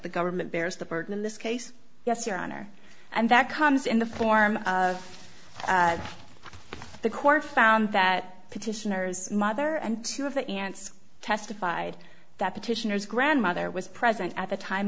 the government bears the burden in this case yes your honor and that comes in the form the court found that petitioners mother and two of the aunts testified that petitioners grandmother was present at the time